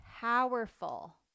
powerful